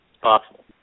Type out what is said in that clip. Possible